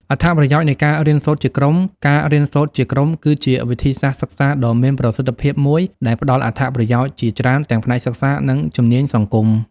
អត្ថប្រយោជន៍នៃការរៀនសូត្រជាក្រុមការរៀនសូត្រជាក្រុមគឺជាវិធីសាស្ត្រសិក្សាដ៏មានប្រសិទ្ធភាពមួយដែលផ្តល់អត្ថប្រយោជន៍ជាច្រើនទាំងផ្នែកសិក្សា និងជំនាញសង្គម។